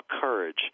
courage